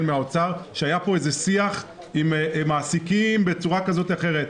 מהאוצר שהיה פה איזה שיח עם מעסיקים בצורה כזאת או אחרת,